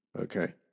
Okay